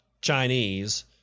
Chinese